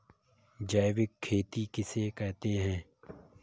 जैविक खेती किसे कहते हैं?